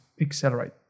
accelerate